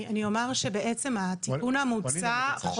אני אומר שבעצם התיקון המוצע,